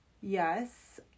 yes